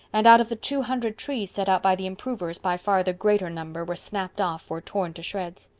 and out of the two hundred trees set out by the improvers by far the greater number were snapped off or torn to shreds.